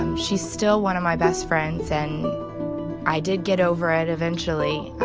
and she's still one of my best friends. and i did get over it eventually,